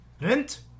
rent